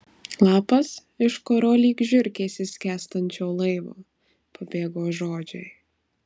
lapas iš kurio lyg žiurkės iš skęstančio laivo pabėgo žodžiai